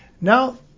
Now